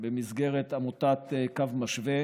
במסגרת עמותת קו משווה